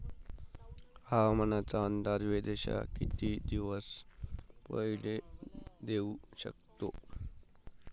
हवामानाचा अंदाज वेधशाळा किती दिवसा पयले देऊ शकते?